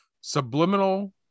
Subliminal